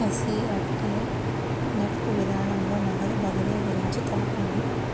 NEFT NEFT విధానంలో నగదు బదిలీ గురించి తెలుపండి?